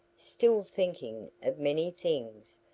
still thinking of many things,